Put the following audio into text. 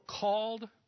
called